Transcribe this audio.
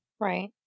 Right